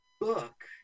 book